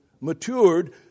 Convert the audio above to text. matured